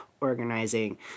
organizing